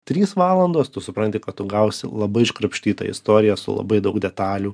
trys valandos tu supranti kad tu gausi labai iškrapštytą istoriją su labai daug detalių